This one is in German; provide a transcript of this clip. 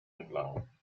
entlang